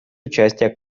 участия